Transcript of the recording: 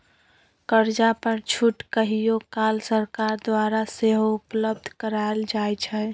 कर्जा पर छूट कहियो काल सरकार द्वारा सेहो उपलब्ध करायल जाइ छइ